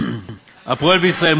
הפועל בישראל.